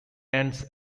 ends